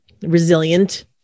resilient